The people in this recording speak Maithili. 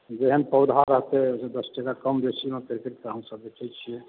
जेहन पौधा रहतय दश टका कम बेसी मे प्रॉफिट पर हमसभ बेचैत छियै